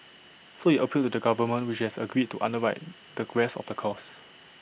so IT appealed to the government which has agreed to underwrite the rest of the cost